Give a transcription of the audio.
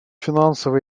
финансовый